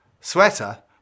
sweater